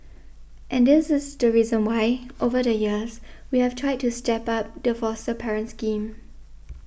and this is the reason why over the years we have tried to step up the foster parent scheme